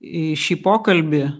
į šį pokalbį